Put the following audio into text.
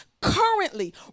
currently